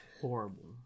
horrible